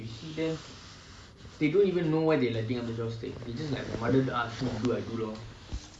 they don't even know why they lighting up the joss stick they're just like my mother ask me to do so I do lor